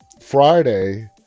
friday